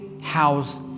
house